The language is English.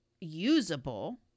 usable